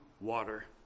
water